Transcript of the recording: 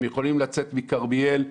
הם יכולים לצאת מכרמיאל,